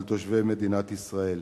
על תושבי מדינת ישראל.